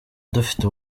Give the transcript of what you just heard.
dufite